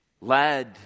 led